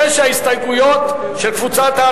משרד ההסברה והתפוצות,